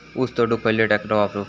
ऊस तोडुक खयलो ट्रॅक्टर वापरू?